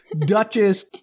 duchess